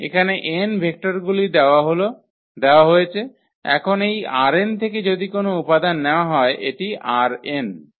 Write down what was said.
এখানে n ভেক্টরগুলি দেওয়া হয়েছে এখন এই ℝ𝑛 থেকে যদি কোনও উপাদান নেওয়া হয় এটি ℝ𝑛